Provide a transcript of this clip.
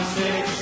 six